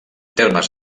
termes